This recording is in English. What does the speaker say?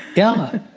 yeah.